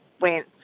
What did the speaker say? went